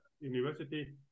university